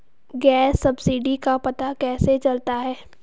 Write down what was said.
Gas subsidy का पता कैसे चलता है?